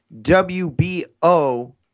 WBO